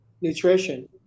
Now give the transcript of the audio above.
nutrition